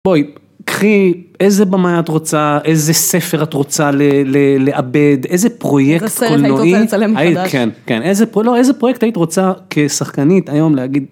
בואי קחי איזה במאי את רוצה איזה ספר את רוצה לעבד, איזה פרויקט קולנועי, איזה סרט היית רוצה לצלם מחדש, איזה פרויקט היית רוצה כשחקנית היום להגיד.